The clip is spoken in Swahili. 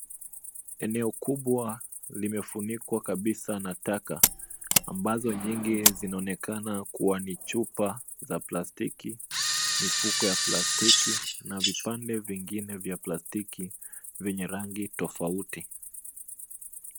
Eneo kubwa limefunikwa kabisa na taka ambazo nyingi zinaonekana kuwa ni chupa za plastiki, mifuko ya plastiki na vipande vingine vya plastiki vyenye rangi tofauti.